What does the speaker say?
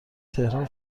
تهران